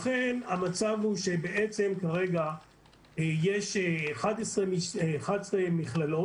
לכן המצב הוא שבעצם כרגע יש 11 מכללות,